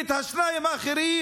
והשניים האחרים,